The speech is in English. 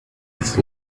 his